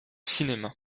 cinéma